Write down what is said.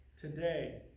Today